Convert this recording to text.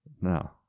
No